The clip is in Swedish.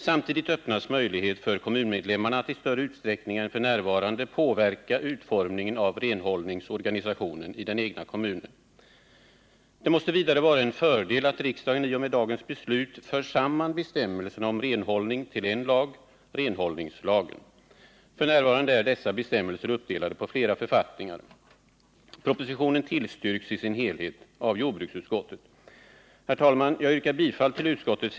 Samtidigt öppnas en möjlighet för kommunmedlemmarna att i större utsträckning än som f. n. är fallet påverka utformningen av renhållningsorganisationen i den egna kommunen. Det måste vidare vara en fördel att riksdagen i och med dagens beslut för samman bestämmelserna om renhållning till en lag, renhållningslagen. F. n. är dessa bestämmelser uppdelade på flera författningar. Propositionen tillstyrks i sin helhet av jordbruksutskottet.